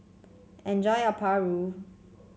enjoy your paru